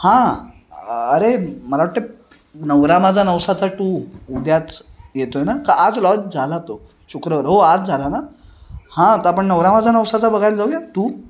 हां अरे मला वाटतं नवरा माझा नवसाचा टू उद्याच येतो आहे ना का आज लॉज झाला तो शुक्रवार हो आज झाला ना हां तर आपण नवरा माझा नवसाचा बघायला जाऊ या टू